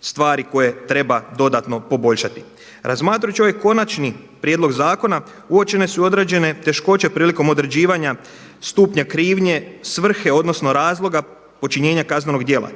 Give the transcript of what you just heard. stvari koje treba dodatno poboljšati. Razmatrajući ovaj konačni prijedlog zakona uočene su određene teškoće prilikom određivanja stupnja krivnje, svrhe odnosno razloga počinjenja kaznenog djela,